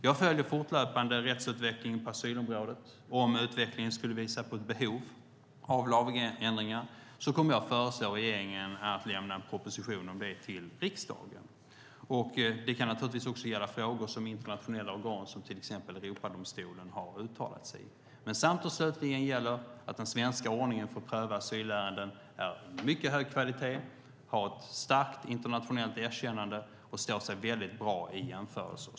Jag följer fortlöpande rättsutvecklingen på asylområdet, och om utvecklingen skulle visa på ett behov av lagändringar kommer jag att föreslå regeringen att lämna en proposition om det till riksdagen. Det kan naturligtvis också gälla frågor som internationella organ som till exempel Europadomstolen har uttalat sig i. Men samt och slutligen gäller att den svenska ordningen för att pröva asylärenden är av mycket hög kvalitet, har ett starkt internationellt erkännande och står sig väldigt bra vid en jämförelse.